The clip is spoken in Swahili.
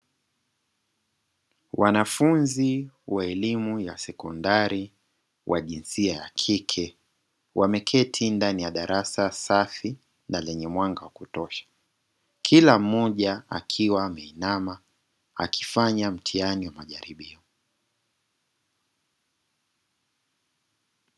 Wanafunzi wa elimu ya sekondari wa jinsia ya kike wameketi ndani ya darasa safi na lenye mwanga wa kutosha. Kila mmoja akiwa ameinama akifanya mtihani wa jaribio.